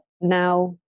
Now